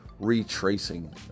retracing